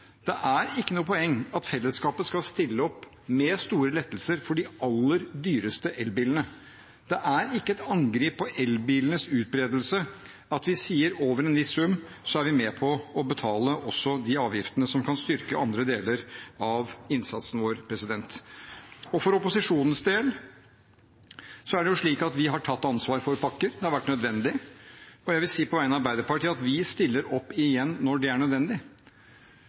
Det er ikke noe poeng at fellesskapet skal stille opp med store lettelser for de aller dyreste elbilene. Det er ikke et angrep på elbilenes utbredelse at vi sier at over en viss sum er vi med på å betale de avgiftene som kan styrke andre deler av innsatsen vår. For opposisjonens del er det slik at vi har tatt ansvar for pakker, det har vært nødvendig. Jeg vil på vegne av Arbeiderpartiet si at vi stiller opp igjen når det er nødvendig,